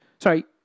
Sorry